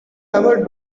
ever